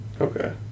Okay